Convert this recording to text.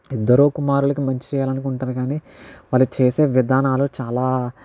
ఇద్దరూ కుమారులకి మంచి చేయాలనుకుంటారు కానీ వాళ్ళు చేసే విధానాలు చాలా